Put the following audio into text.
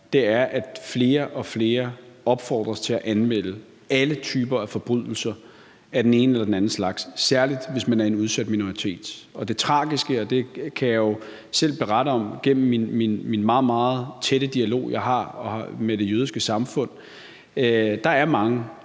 er, er, at flere og flere opfordres til at anmelde af alle typer af forbrydelser af den ene eller den anden slags, særlig hvis man er en udsat minoritet. Det tragiske, og det kan jeg jo selv berette om gennem den meget, meget tætte dialog, jeg har med det jødiske samfund, er, at der er mange